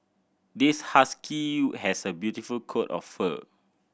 this husky has a beautiful coat of fur